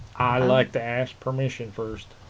i like to ask permission first